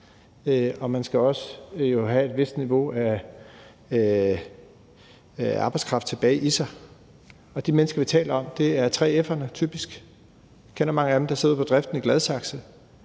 andet skal man have en vis grad af arbejdskraft tilbage i sig. De mennesker, vi taler om, er typisk 3F'erne. Jeg kender mange af dem, der er i driften i Gladsaxe,